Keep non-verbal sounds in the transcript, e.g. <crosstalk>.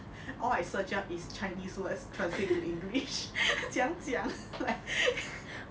<breath> all I search up is chinese words translate to english <laughs> 怎样讲 like <laughs>